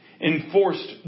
enforced